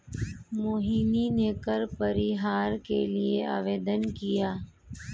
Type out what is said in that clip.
मोहिनी ने कर परिहार के लिए आवेदन किया